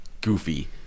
goofy